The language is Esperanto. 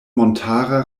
montara